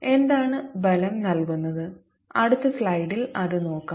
എന്താണ് ബലം നൽകുന്നത് അടുത്ത സ്ലൈഡിൽ അത് നോക്കാം